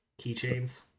keychains